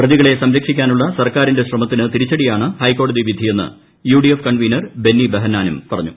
പ്രതികളെ സംരക്ഷിക്കാനുള്ള സർക്കാരിന്റെ ശ്രമത്തിന് തിരിച്ചടിയാണ് ഹൈക്കോടതി വിധിയെന്ന് U D F convener Benny ബഹനനും പറഞ്ഞു